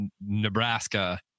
Nebraska